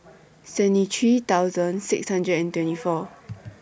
seventy three thousand six hundred and twenty four